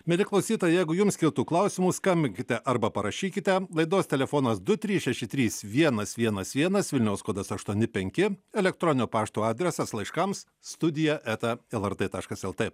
mieli klausytojai jeigu jums kiltų klausimų skambinkite arba parašykite laidos telefonas du trys šeši trys vienas vienas vienas vilniaus kodas aštuoni penki elektroninio pašto adresas laiškams studija eta lrt taškas lt